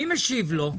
מי משיב לו?